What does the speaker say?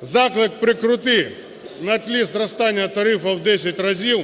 Заклик "Прикрути" на тлі зростання тарифа в 10 разів